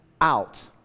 out